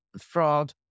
fraud